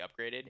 upgraded